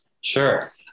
Sure